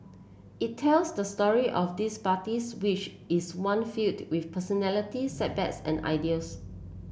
it tells the story of these parties which is one filled with personalities setbacks and ideals